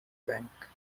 bank